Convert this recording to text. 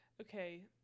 okay